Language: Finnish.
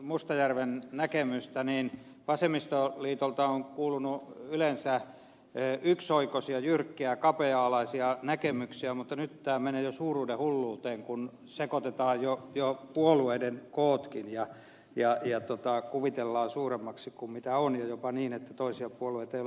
mustajärven näkemystä ja kun vasemmistoliitolta on kuulunut yleensä yksioikoisia jyrkkiä kapea alaisia näkemyksiä niin nyt tämä menee jo suuruudenhulluuteen kun sekoitetaan jo puolueiden kootkin ja kuvitellaan puolue suuremmaksi kuin on ja jopa niin että toisia puolueita ei ole olemassakaan